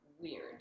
weird